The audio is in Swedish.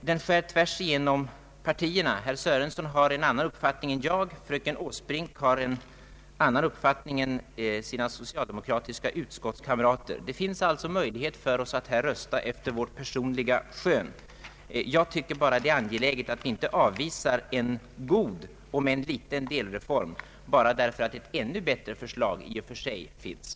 Den skär tvärsigenom partierna. Herr Sörenson har en annan uppfattning än jag. Fröken Åsbrink har en annan uppfattning än hennes socialdemokratiska utskottskamrater. Det finns alltså möjlighet för oss att rösta efter vårt personliga skön. Jag tycker det är angeläget att inte avvisa en god om än liten delreform bara därför att ett ännu bättre förslag kan väckas senare.